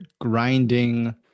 grinding